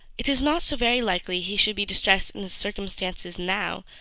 it is not so very likely he should be distressed in his circumstances now,